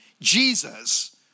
Jesus